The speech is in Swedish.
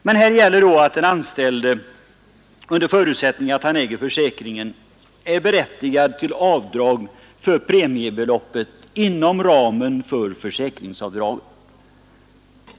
Men här gäller då att den anställde, under förutsättning att han äger försäkringen, är berättigad till avdrag för premiebeloppet inom ramen för försäkringsavdraget.